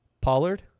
Pollard